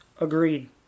Agreed